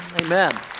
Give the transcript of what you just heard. Amen